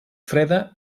freda